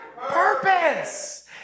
purpose